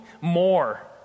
more